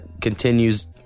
continues